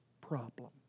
problem